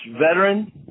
veteran